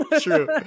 true